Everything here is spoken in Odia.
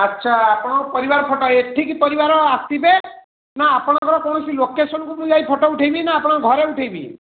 ଆଚ୍ଛା ଆପଣଙ୍କ ପରିବାର ଫଟୋ ଏଠିକି ପରିବାର ଆସିବେ ନା ଆପଣଙ୍କ କୌଣସି ଲୋକେଶନ୍କୁ ମୁଁ ଯାଇ ଫଟୋ ଉଠେଇବି ନାଁ ଆପଣଙ୍କ ଘରେ ଉଠେଇବି